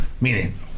Meaning